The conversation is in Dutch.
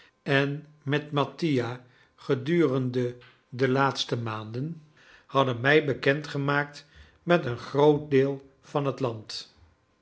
en met mattia gedurende de laatste maanden hadden mij bekend gemaakt met een groot deel van het land